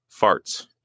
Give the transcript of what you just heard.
farts